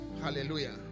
Hallelujah